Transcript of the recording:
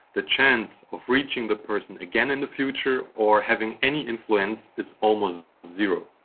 the chance of reaching the person again in the future or having any influence is almost zero.